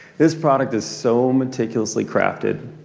this product is so meticulously crafted.